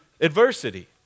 adversity